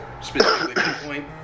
specifically